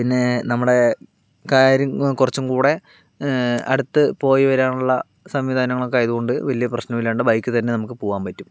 പിന്നെ നമ്മുടെ കാര്യം കുറച്ചും കൂടെ അടുത്ത് പോയി വരാനുള്ള സംവിധാനങ്ങളൊക്കെ ആയത് കൊണ്ട് വലിയ പ്രശ്നമില്ലാണ്ട് ബൈക്കിൽ തന്നെ നമുക്ക് പോകാൻ പറ്റും